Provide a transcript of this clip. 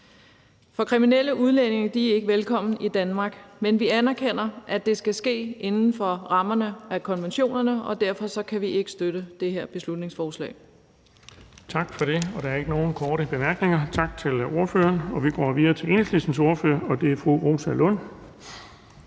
For kriminelle udlændinge er ikke velkomne i Danmark, men vi anerkender, at det skal ske inden for rammerne af konventionerne, og derfor kan vi ikke støtte det her beslutningsforslag. Kl. 20:25 Den fg. formand (Erling Bonnesen): Tak for det, og der er ikke nogen korte bemærkninger. Tak til ordføreren. Og vi går videre til Enhedslistens ordfører, og det er fru Rosa Lund.